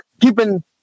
keeping